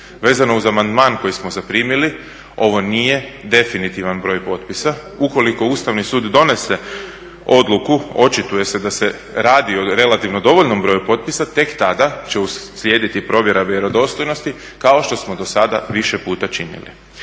Vezano uz amandman koji smo zaprimili, ovo nije definitivan broj potpisa. Ukoliko Ustavni sud donese odluku, očituje se da se radi o relativno dovoljnom broju potpisa tek tada će uslijediti provjera vjerodostojnosti kao što smo dosada više puta činili.